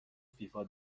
فیفا